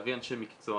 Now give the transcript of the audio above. להביא אנשי מקצוע,